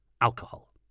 alcohol